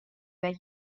were